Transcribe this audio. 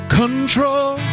control